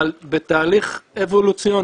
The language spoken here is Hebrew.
אבל בתהליך אבולוציוני.